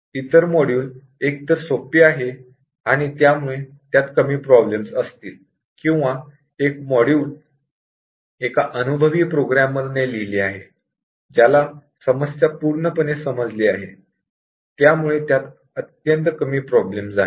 इतर मॉड्यूल एकतर सोप्पे आहे आणि त्यामुळे त्यात कमी प्रॉब्लेम्स असतील किंवा एक मॉड्यूल एका अनुभवी प्रोग्रामर ने लिहिले आहे ज्याला समस्या पूर्णपणे समजली आहे त्यामुळे त्यात अत्यंत कमी प्रॉब्लेम्स आहेत